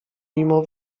mimo